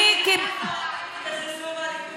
את המתוסכלת היחידה.